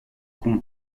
qu’on